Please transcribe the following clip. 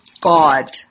God